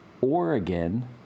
Oregon